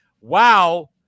wow